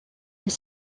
est